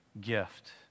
gift